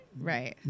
right